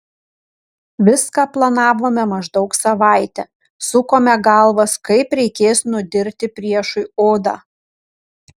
viską planavome maždaug savaitę sukome galvas kaip reikės nudirti priešui odą